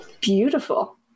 Beautiful